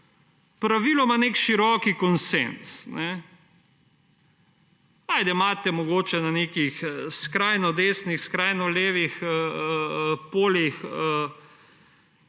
praviloma nek širok konsenz. Ajde, imate mogoče na nekih skrajno desnih, skrajno levih poljih